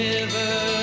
River